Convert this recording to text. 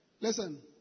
Listen